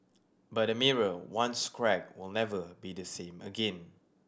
but a mirror once cracked will never be the same again